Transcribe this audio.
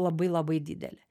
labai labai didelė